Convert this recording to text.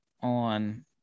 on